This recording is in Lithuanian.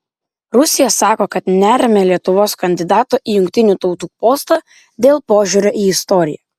rusija sako kad neremia lietuvos kandidato į jungtinių tautų postą dėl požiūrio į istoriją